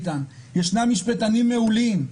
איתן ישנם משפטנים מעולים.